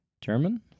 German